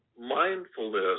mindfulness